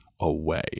away